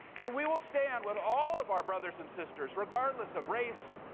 and we will stand with all of our brothers and sisters, regardless of race,